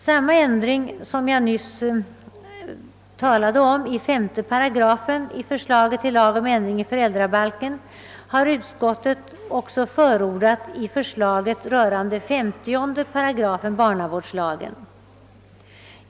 Samma ändring som jag nyss talade om i 55 i förslaget till lag om ändring i föräldrabalken har utskottet också förordat i förslaget rörande 50 § i barnavårdslagen.